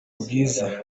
bwiza